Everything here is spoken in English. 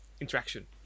interaction